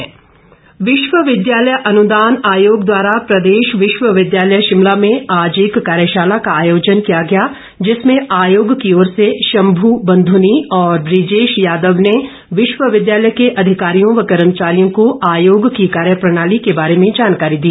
UGC विश्वविद्यालय अनुदान आयोग द्वारा प्रदेश विश्वविद्यालय शिमला में आज एक कार्यशाला का आयोजन किया गया जिसमें आयोग की ओर से शम्भू बंधनी और बुजेश यादव ने विश्वविद्यालय के अधिकारियों व कर्मचारियों को आयोग की कार्यप्रणाली के बारे में जानकारी दी